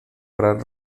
gran